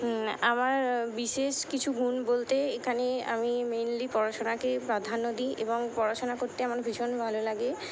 আমার বিশেষ কিছু গুণ বলতে এখানে আমি মেইনলি পড়াশোনাকে প্রাধান্য দিই এবং পড়াশোনা করতে আমার ভীষণ ভালো লাগে